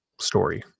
story